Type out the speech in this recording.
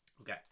Okay